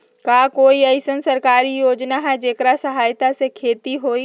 का कोई अईसन सरकारी योजना है जेकरा सहायता से खेती होय?